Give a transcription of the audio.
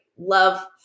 love